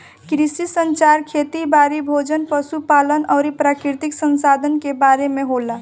कृषि संचार खेती बारी, भोजन, पशु पालन अउरी प्राकृतिक संसधान के बारे में होला